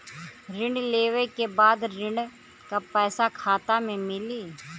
ऋण लेवे के बाद ऋण का पैसा खाता में मिली?